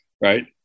right